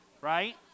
Right